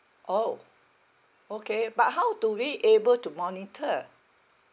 orh okay but how do we able to monitor